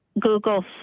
Google